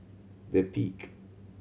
The Peak